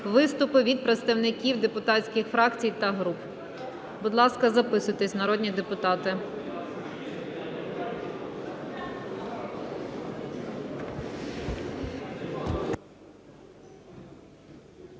виступи від представників депутатських фракцій та груп. Будь ласка, записуйтеся, народні депутати.